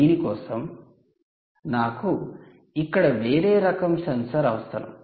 దీని కోసం నాకు ఇక్కడ వేరే రకం సెన్సార్ అవసరం